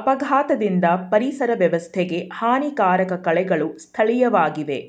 ಅಪಘಾತದಿಂದ ಪರಿಸರ ವ್ಯವಸ್ಥೆಗೆ ಹಾನಿಕಾರಕ ಕಳೆಗಳು ಸ್ಥಳೀಯವಾಗಿವೆ